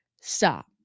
Stop